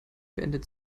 beendet